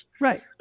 right